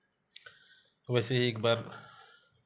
वैसे एक बार